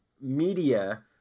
media